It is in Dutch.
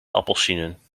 appelsienen